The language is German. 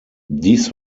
dies